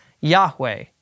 Yahweh